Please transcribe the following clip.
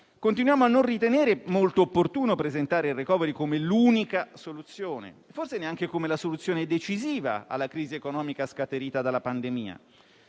Continuiamo a non ritenere molto opportuno presentare il *recovery* *plan* come l'unica soluzione, forse neanche come la soluzione decisiva alla crisi economica scaturita dalla pandemia.